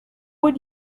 would